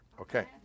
Okay